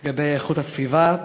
של איכות הסביבה.